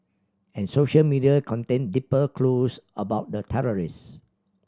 and social media contained deeper clues about the terrorists